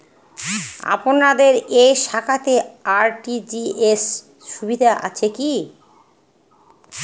আপনার এই শাখাতে আর.টি.জি.এস সুবিধা আছে কি?